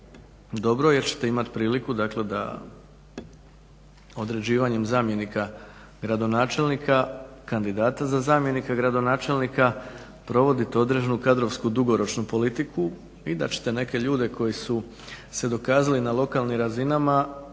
dobro, jer ćete imati priliku dakle da određivanjem zamjenika gradonačelnika, kandidata za zamjenika gradonačelnika provodite određenu kadrovsku dugoročnu politiku i da ćete neke ljude koji su se dokazali na lokalnim razinama